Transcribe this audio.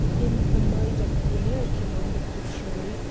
in the mind of the american, on the contrary,